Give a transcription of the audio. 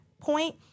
point